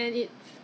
我忘记 leh